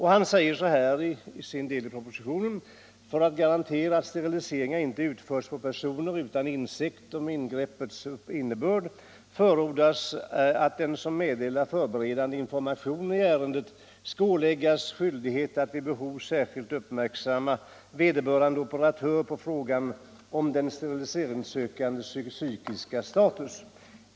Han säger i sin skrivning i propositionen bl.a.: ”För att garantera att steriliseringar inte utförs på personer utan insikt om ingreppets innebörd förordas i propositionen att —-—-- den som meddelar förberedande information i ärendet skall åläggas skyldighet att vid behov särskilt uppmärksamma vederbörande operatör på frågan om den steriliseringssökandes psykiska status.